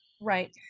Right